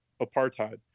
apartheid